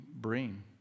bring